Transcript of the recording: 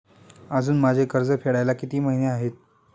अजुन माझे कर्ज फेडायला किती महिने आहेत?